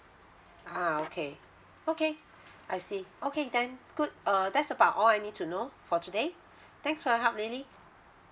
uh okay okay I see okay then good err that's about all I need to know for today thanks for your help lily